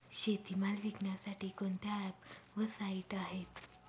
शेतीमाल विकण्यासाठी कोणते ॲप व साईट आहेत?